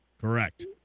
Correct